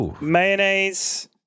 mayonnaise